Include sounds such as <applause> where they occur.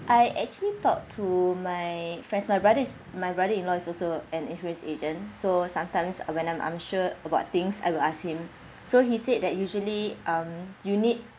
I actually talk to my friends my brother is my brother in law is also an insurance agent so sometimes when I'm unsure about things I will ask him <breath> so he said that usually um you need